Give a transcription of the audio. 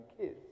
kids